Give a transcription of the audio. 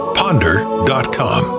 ponder.com